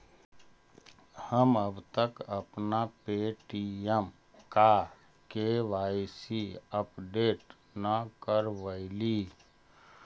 हम अब तक अपना पे.टी.एम का के.वाई.सी अपडेट न करवइली